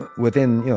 but within